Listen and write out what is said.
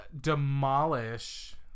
demolish